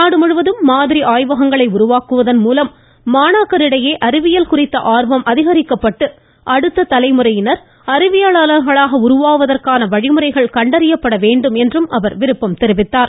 நாடு ழுழுவதும் மாதிரி ஆய்வகங்களை உருவாக்குவதன் மூலம் மாணாக்கரிடையே அறிவியல் குறித்த அர்வம் தூண்டப்பட்டு அடுத்த தலைமுறையினர் அறிவியலாளர்களாக உருவாவதற்கான வழிமுறைகள் கண்டறியப்பட வேண்டும் என்று விருப்பம் தெரிவித்தார்